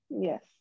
Yes